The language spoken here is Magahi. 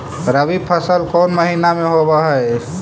रबी फसल कोन महिना में होब हई?